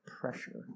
pressure